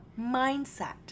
mindset